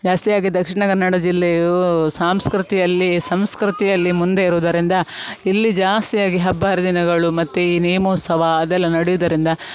ಜಾಸ್ತಿಯಾಗಿ ದಕ್ಷಿಣ ಕನ್ನಡ ಜಿಲ್ಲೆಯು ಸಂಸ್ಕೃತಿಯಲ್ಲಿ ಸಂಸ್ಕೃತಿಯಲ್ಲಿ ಮುಂದೆ ಇರುವುದರಿಂದ ಇಲ್ಲಿ ಜಾಸ್ತಿಯಾಗಿ ಹಬ್ಬ ಹರಿದಿನಗಳು ಮತ್ತು ಈ ನೇಮೋತ್ಸವ ಅದೆಲ್ಲ ನಡಿಯುವುದರಿಂದ